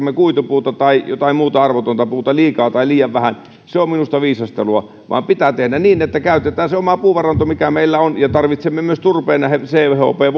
me kuitupuuta tai jotain muuta arvotonta puuta liikaa tai liian vähän on minusta viisastelua pitää tehdä niin että käytetään se oma puuvaranto mikä meillä on ja tarvitsemme myös turpeen näihin chp